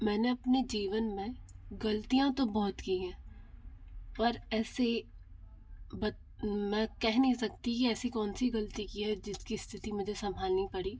मैंने अपने जीवन में गलतियाँ तो बहुत की हैं पर ऐसे बत मैं कह नहीं सकती की ऐसी कौनसी गलती की है जिसकी स्थिति मुझे संभालनी पड़ी